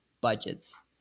budgets